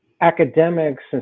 Academics